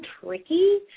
tricky